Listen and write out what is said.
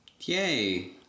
Yay